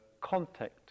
contact